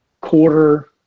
quarter